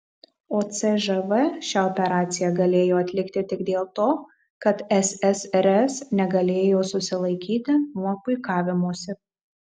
o cžv šią operaciją galėjo atlikti tik dėl to kad ssrs negalėjo susilaikyti nuo puikavimosi